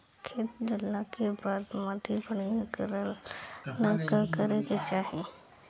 खेत जोतला के बाद माटी बढ़िया कइला ला का करे के चाही?